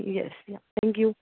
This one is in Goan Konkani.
येस या थँक्यू